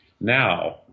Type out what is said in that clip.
Now